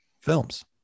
films